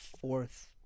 fourth